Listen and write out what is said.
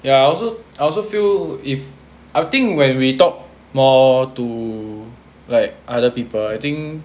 ya I also I also feel if I think when we talk more to like other people I think